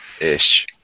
Ish